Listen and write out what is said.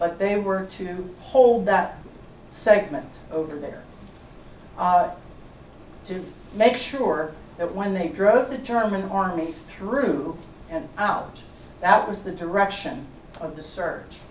but they were to hold that segment over there to make sure that when they drove the german army through and out that was the direction of the s